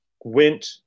went